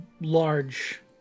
large